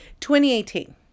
2018